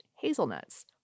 hazelnuts